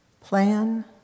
plan